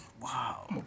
Wow